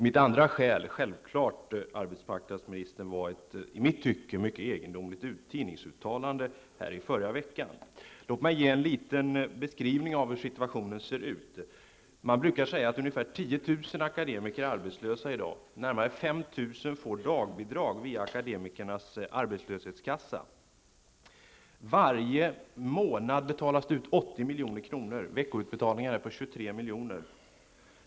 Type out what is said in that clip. Det andra skälet var ett enligt mitt tycke egendomligt tidningsuttalande av arbetsmarknadsministern i förra veckan. Låt mig beskriva hur situationen ser ut. Man brukar säga att ungefär 10 000 akademiker är arbetslösa i dag. Närmare 5 000 får dagbidrag via akademikernas arbetslöshetskassa. Varje månad betalas det ut 80 milj.kr. med veckoutbetalningar på 23 milj.kr.